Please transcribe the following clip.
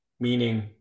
meaning